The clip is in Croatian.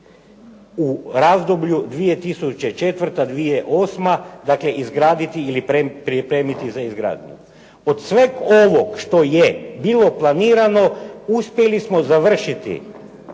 u razdoblju 2004./2008. dakle izgraditi ili pripremiti za izgradnju. Od svega ovoga što je bilo planirano uspjeli smo završili